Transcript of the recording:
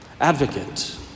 Advocate